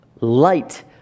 light